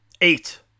Eight